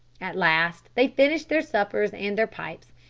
at last they finished their suppers and their pipes,